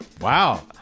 Wow